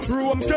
Room